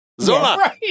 Zola